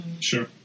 Sure